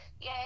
yay